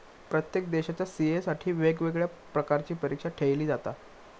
प्रत्येक देशाच्या सी.ए साठी वेगवेगळ्या प्रकारची परीक्षा ठेयली जाता